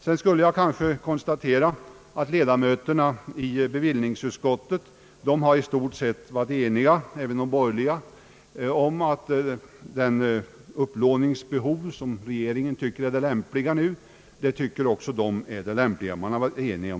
Sedan kan jag konstatera, att ledamöterna i bevillningsutskottet i stort sett varit eniga — även de borgerliga — om det upplåningsbehov, som regeringen tycker är det lämpliga.